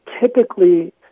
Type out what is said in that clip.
typically